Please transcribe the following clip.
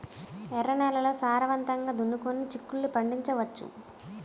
ఎర్ర నేలల్లో సారవంతంగా దున్నుకొని చిక్కుళ్ళు పండించవచ్చు